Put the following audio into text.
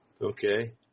okay